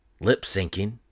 lip-syncing